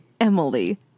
Emily